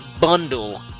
bundle